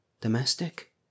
domestic